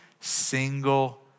single